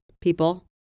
people